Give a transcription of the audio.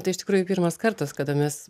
tai iš tikrųjų pirmas kartas kada mes